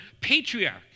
patriarch